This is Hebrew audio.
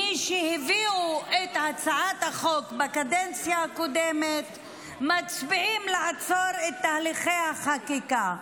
מי שהביאו את הצעת החוק בקדנציה הקודמת מצביעים לעצור את תהליכי החקיקה,